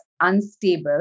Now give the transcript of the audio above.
unstable